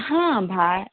हा भा